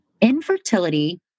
Infertility